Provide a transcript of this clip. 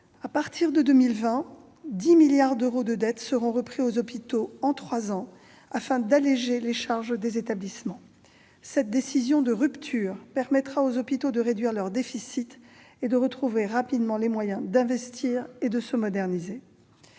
À partir de 2020, 10 milliards d'euros de dettes seront repris aux hôpitaux en trois ans afin d'alléger les charges des établissements. Cette décision de rupture permettra aux hôpitaux de réduire leur déficit et de retrouver rapidement les moyens d'investir et de se moderniser.